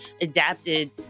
adapted